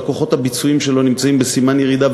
והכוחות הביצועיים שלו נמצאים בסימן ירידה.